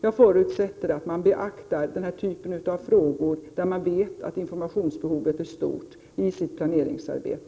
Jag förutsätter att man i sitt planeringsarbete beaktar den här typen av frågor, där man vet att informationsbehovet är stort.